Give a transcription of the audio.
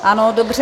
Ano, dobře.